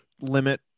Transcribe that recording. limit